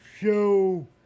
show